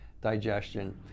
digestion